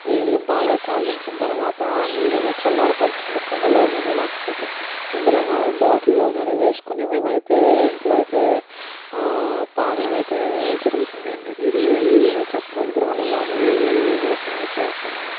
నీళ్ళు బాగా కాగించిన తరువాత ఆ నీళ్ళను చల్లారపరచుకుని కుండలో కానీ లేకపోతే ఎందులో అయినా బాటిల్లో కానీ వేసుకుని మేమైతే ఇంట్లో అయితే తాగడమైతే జరుగుతుందండి ఇది చెప్పగలను గృహ నివారణలు ఇవి ఇవి చేస్తామండి